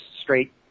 straight